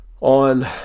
on